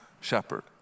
shepherd